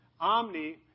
Omni